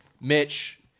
Mitch